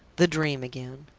the dream again!